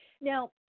Now